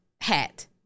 hat